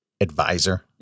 advisor